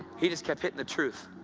he just kept hitting the truth.